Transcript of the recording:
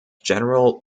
general